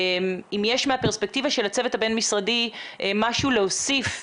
אם יש מהפרספקטיבה של הצוות הבין משרדי משהו להוסיף.